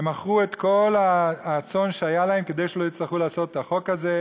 הם מכרו את כל הצאן שהיה להם כדי שלא יצטרכו לקיים את החוק הזה.